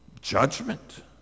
judgment